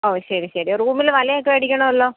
ഓ ശരി ശരി റൂമിൽ വലയൊക്കെ അടിക്കണമല്ലോ